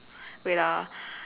wait ah